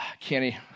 Kenny